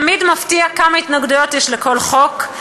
תמיד מפתיע כמה התנגדויות יש לכל חוק.